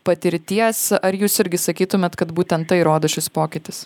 patirties ar jūs irgi sakytumėt kad būtent tai rodo šis pokytis